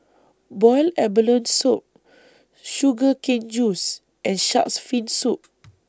boiled abalone Soup Sugar Cane Juice and Shark's Fin Soup